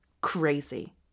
Crazy